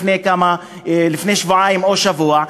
לפני שבועיים או שבוע,